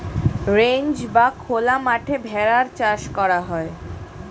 ranch বা খোলা মাঠে ভেড়ার চাষ করা হয়